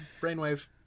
Brainwave